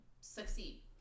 succeed